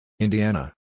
Indiana